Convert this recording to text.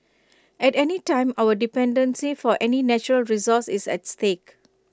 at any time our dependency for any natural resource is at stake